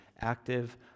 active